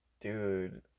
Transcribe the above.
dude